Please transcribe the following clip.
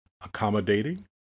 accommodating